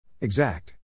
Exact